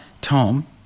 Tom